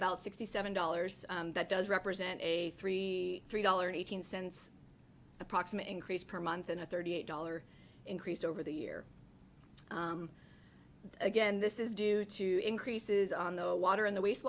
about sixty seven dollars that does represent a three three dollars eighteen cents approximate increase per month and a thirty eight dollar increase over the year again this is due to increases on the water in the waste